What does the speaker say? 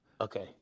Okay